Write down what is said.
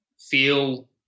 feel